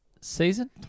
season